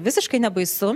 visiškai nebaisu